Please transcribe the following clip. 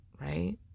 right